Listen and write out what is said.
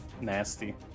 Nasty